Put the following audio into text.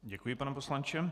Děkuji, pane poslanče.